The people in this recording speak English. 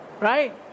Right